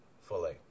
fully